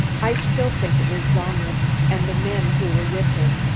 i still think it was zalnitch and the men who were with him,